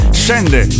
scende